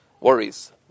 worries